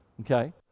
okay